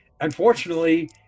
unfortunately